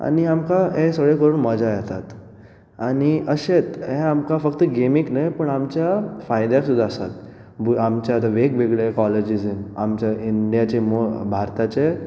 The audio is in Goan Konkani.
आनी आमकां हे सगळें करून मजा येतात आनी अशेंत हे आमकां फक्त गॅमीक न्हय पूण आमच्या फायद्याक सुद्दां आसात आमच्यो आता वेगवेगळ्यो कॉलेजीन आमचे इंडियेचे वा भारताचे